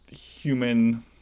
human